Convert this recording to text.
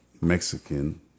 Mexican